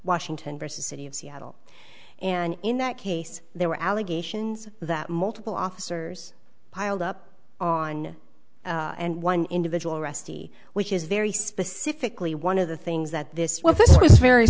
washington versus city of seattle and in that case there were allegations that multiple officers piled up on and one individual arrestee which is very specifically one of the things that this well this was very